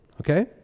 okay